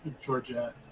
Georgia